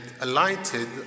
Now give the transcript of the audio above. alighted